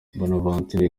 bonaventure